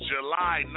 July